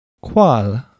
Qual